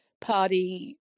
party –